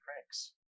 Cranks